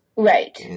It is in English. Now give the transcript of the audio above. Right